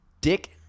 Dick